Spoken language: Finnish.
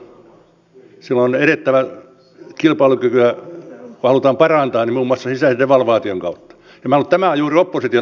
silloin on edettävä kilpailukykyä kun halutaan parantaa muun muassa sisäisen devalvaation kautta